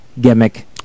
gimmick